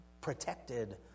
protected